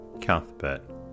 Cuthbert